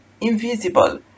invisible